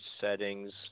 settings